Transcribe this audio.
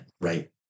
Right